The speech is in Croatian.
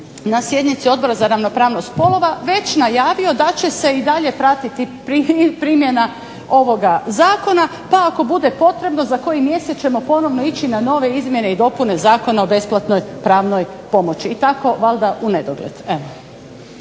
na sjednici Odbora za ravnopravnost spolova već najavio da će se i dalje pratiti primjena ovoga zakona, pa ako bude potrebno za koji mjesec ćemo ponovo ići na nove izmjene i dopune Zakona o besplatnoj pravnoj pomoći, i tako valjda unedogled.